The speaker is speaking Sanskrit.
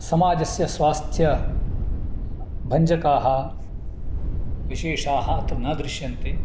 समाजस्य स्वास्थ्यभञ्जकाः विशेषाः अत्र न दृश्यन्ते